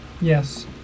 Yes